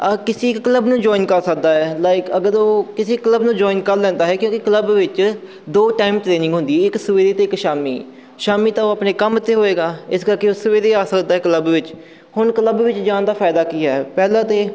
ਆਹ ਕਿਸੀ ਇੱਕ ਕਲੱਬ ਨੂੰ ਜੁਆਇਨ ਕਰ ਸਕਦਾ ਹੈ ਲਾਈਕ ਅਗਰ ਉਹ ਕਿਸੇ ਕਲੱਬ ਨੂੰ ਜੁਆਇਨ ਕਰ ਲੈਂਦਾ ਹੈ ਕਿਉਂਕਿ ਕਲੱਬ ਵਿੱਚ ਦੋ ਟਾਈਮ ਟਰੇਨਿੰਗ ਹੁੰਦੀ ਹੈ ਇੱਕ ਸਵੇਰੇ ਅਤੇ ਇੱਕ ਸ਼ਾਮੀ ਸ਼ਾਮੀ ਤਾਂ ਉਹ ਆਪਣੇ ਕੰਮ 'ਤੇ ਹੋਏਗਾ ਇਸ ਕਰਕੇ ਉਹ ਸਵੇਰੇ ਆ ਸਕਦਾ ਹੈ ਕਲੱਬ ਵਿੱਚ ਹੁਣ ਕਲੱਬ ਵਿੱਚ ਜਾਣ ਦਾ ਫਾਇਦਾ ਕੀ ਹੈ ਪਹਿਲਾ ਤਾਂ